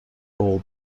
all